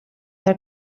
der